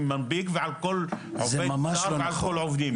מנפיק ועל כל עובד זר וכל עובדים --- זה ממש לא נכון.